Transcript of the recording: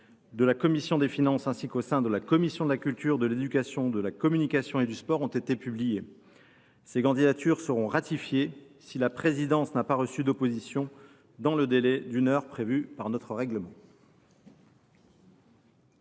de la commission des finances, ainsi qu’au sein de la commission de la culture, de l’éducation, de la communication et du sport, ont été publiées. Ces candidatures seront ratifiées si la présidence n’a pas reçu d’opposition dans le délai d’une heure prévu par notre règlement.